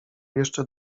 jeszcze